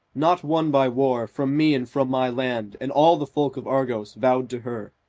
not won by war, from me and from my land and all the folk of argos, vowed to her.